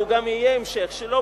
וגם יהיה המשך שלו,